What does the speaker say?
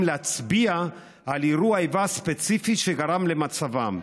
להצביע על אירוע איבה ספציפי שגרם למצבם,